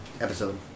episode